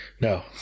No